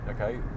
okay